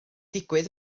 digwydd